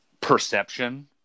perception